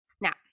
Now